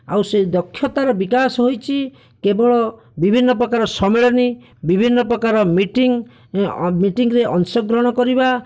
ଆଉ ସେ ଦକ୍ଷତାର ବିକାଶ ହୋଇଛି କେବଳ ବିଭିନ୍ନ ପ୍ରକାର ସମ୍ମିଳନୀ ବିଭିନ୍ନ ପ୍ରକାର ମିଟିଂ ମିଟିଂରେ ଅଂଶଗ୍ରହଣ କରିବା